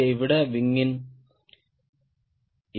யை விட விங்யின் a